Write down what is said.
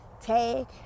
tag